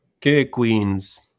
K-Queens